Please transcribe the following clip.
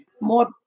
more